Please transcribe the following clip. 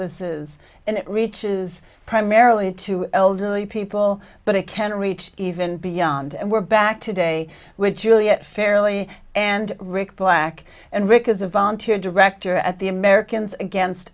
this is and it reaches primarily to elderly people but it can reach even beyond and we're back today with juliet fairly and rick black and rick is a volunteer director at the americans against